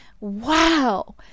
Wow